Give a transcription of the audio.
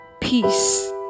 peace